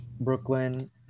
brooklyn